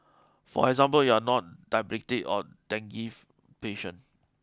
for example you are not diabetic or dengue patient